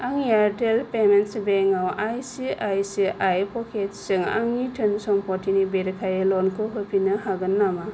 आं Airtel payments bank आवआइसिआइसिआइ प'केट्स जों आंनि धोन सम्फथिनि बेरेखायै ल'न खौ होफिननो हागोन नामा